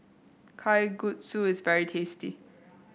kalguksu is very tasty